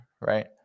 right